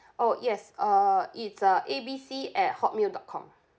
oh yes uh it's uh A B C at Hotmail dot com